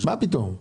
מה פתאום?